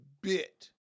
bit